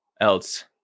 else